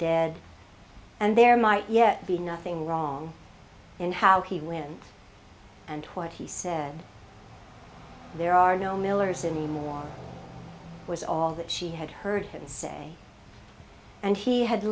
dead and there might yet be nothing wrong in how he went and what he said there are no millers anymore was all that she had heard him say and he had